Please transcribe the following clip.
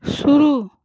शुरू